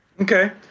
Okay